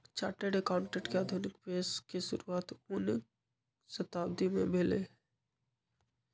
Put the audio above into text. chartered accountant के आधुनिक पेशा के शुरुआत उनइ शताब्दी में भेलइ